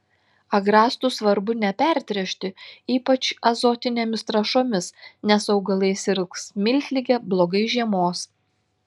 agrastų svarbu nepertręšti ypač azotinėmis trąšomis nes augalai sirgs miltlige blogai žiemos